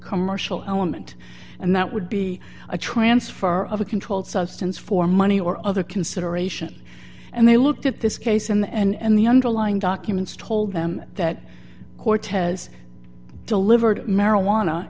commercial element and that would be a transfer of a controlled substance for money or other consideration and they looked at this case and the underlying documents told them that cortez delivered marijuana